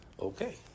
Okay